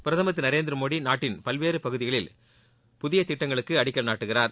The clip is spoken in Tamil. பிரதமர் திரு நரேந்திரமோடி நாட்டின் பல்வேறு பகுதிகளில் புதிய திட்டங்களுக்கு அடிக்கல் நாட்டுகிறார்